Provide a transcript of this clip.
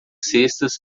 cestas